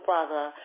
Father